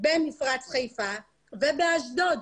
במפרץ חיפה ובאשדוד.